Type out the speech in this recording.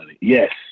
Yes